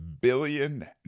billion